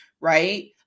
Right